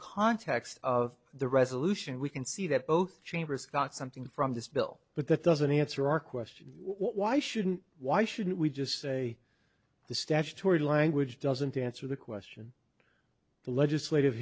context of the resolution we can see that both chambers got something from this bill but that doesn't answer our question why shouldn't why shouldn't we just say the statutory language doesn't answer the question the legislative